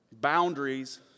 boundaries